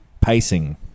pacing